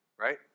right